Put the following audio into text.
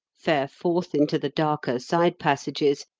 fare forth into the darker side passages,